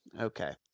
okay